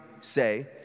say